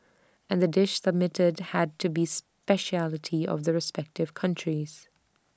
and the dish submitted had to be speciality of the respective countries